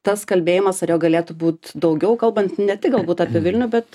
tas kalbėjimas ar jo galėtų būt daugiau kalbant ne tik galbūt apie vilnių bet